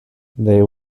they